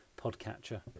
podcatcher